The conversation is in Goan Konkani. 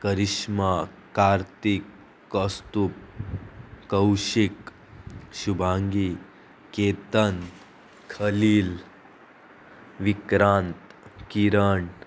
करिश्मा कार्तिक कस्तूप कौशिक शुभांगी केतन खलील विक्रांत किरण